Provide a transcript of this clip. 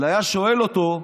אלא היה שואל אותו: